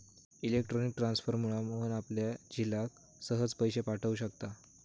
electronic ट्रांसफरमुळा मोहन आपल्या झिलाक सहज पैशे पाठव शकता